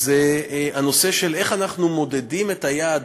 זה הנושא של איך אנחנו מודדים את היעד